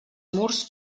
murs